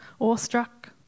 awestruck